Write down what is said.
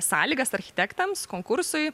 sąlygas architektams konkursui